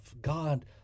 God